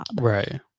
Right